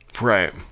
Right